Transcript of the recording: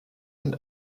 und